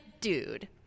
dude